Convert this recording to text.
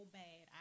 bad